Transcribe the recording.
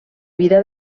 vida